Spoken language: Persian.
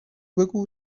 بگو